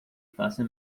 faça